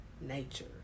nature